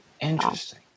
Interesting